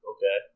Okay